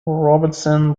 robinson